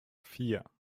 vier